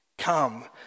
come